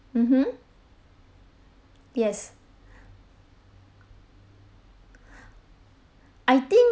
mmhmm yes I think